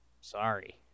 Sorry